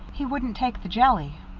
he wouldn't take the jelly.